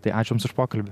tai ačiū jums už pokalbį